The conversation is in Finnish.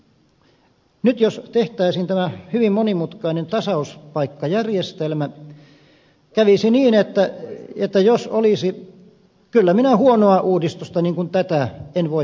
nyt jos tehtäisiin tämä hyvin monimutkainen tasauspaikkajärjestelmä kävisi niin että en minä huonoa uudistusta niin kuin tätä voi